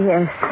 Yes